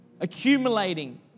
accumulating